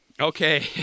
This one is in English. Okay